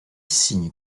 signe